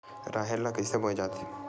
राहेर ल कइसे बोय जाथे?